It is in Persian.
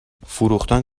فروختن